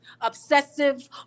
Obsessive